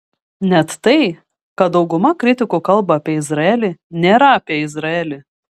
net tai ką dauguma kritikų kalba apie izraelį nėra apie izraelį